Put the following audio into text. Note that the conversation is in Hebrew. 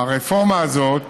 הרפורמה הזאת